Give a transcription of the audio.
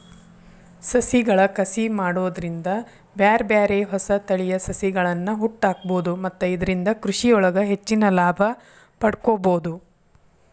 ಸಸಿಗಳ ಕಸಿ ಮಾಡೋದ್ರಿಂದ ಬ್ಯಾರ್ಬ್ಯಾರೇ ಹೊಸ ತಳಿಯ ಸಸಿಗಳ್ಳನ ಹುಟ್ಟಾಕ್ಬೋದು ಮತ್ತ ಇದ್ರಿಂದ ಕೃಷಿಯೊಳಗ ಹೆಚ್ಚಿನ ಲಾಭ ಪಡ್ಕೋಬೋದು